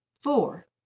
four